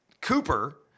Cooper